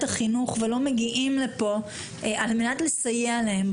החינוך ולא מגיעים לכאן על מנת שנוכל לסייע להם.